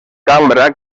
cambra